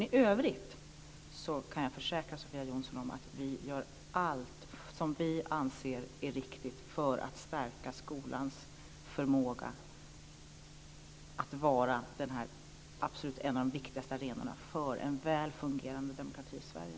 I övrigt kan jag försäkra Sofia Jonsson om att vi gör allt som vi anser vara riktigt för att stärka skolans förmåga att vara en av de viktigaste arenorna för en väl fungerande demokrati i Sverige.